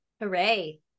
Hooray